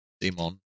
demon